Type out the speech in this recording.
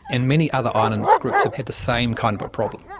and many other island groups have had the same kind of problem.